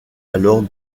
alors